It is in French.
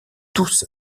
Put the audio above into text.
tous